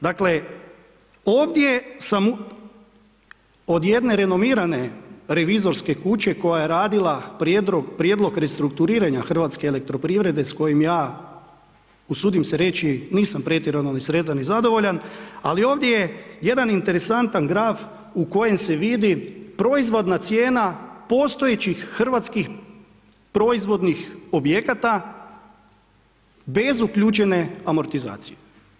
Dakle ovdje sam od jedne renomirane revizorske kuće koja je radila prijedloga restrukturiranja hrvatske elektroprivrede s kojim ja usudim se reći nisam pretjerano sretan i zadovoljan, ali ovdje je jedan interesantan graf u kojem se vidi proizvodna cijena postojećih hrvatskih proizvodnih objekata bez uključene amortizacije.